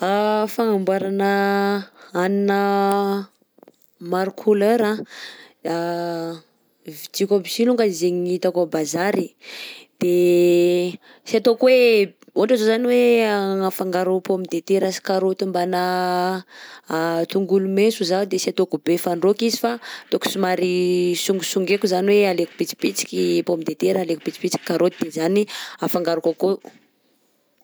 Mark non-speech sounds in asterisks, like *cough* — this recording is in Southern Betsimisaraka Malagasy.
*hesitation* Fagnamboarana hanina maro couleur anh, *hesitation* vidiako aby si alongany zaigny hitako abazary e, de sy ataoko hoe ohatra zao zany hoe agnafangaro pomme de terra sy karaoty mbanà *hesitation* tongolo maiso zaho de sy ataoko be fandraoka izy fa ataoko somary songosongaiko zany hoe alaiko pitsopitsika i pomme de terra, *noise* alaiko pitsopitsoka karaoty de zany afangaroko akao.